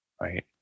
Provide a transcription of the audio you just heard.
right